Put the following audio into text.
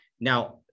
Now